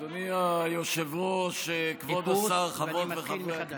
אדוני היושב-ראש, כבוד השר, חברות וחברי הכנסת,